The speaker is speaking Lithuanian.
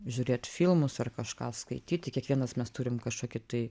žiūrėti filmus ar kažką skaityti kiekvienas mes turim kažkokį tai